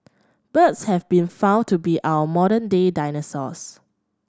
birds have been found to be our modern day dinosaurs